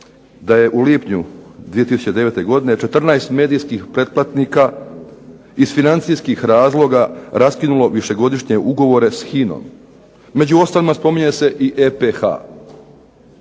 da je u lipnju 2009. godine 14 medijskih pretplatnika iz financijskih razloga raskinulo višegodišnje ugovore sa HINA-om. Među ostalima spominje se i EPH.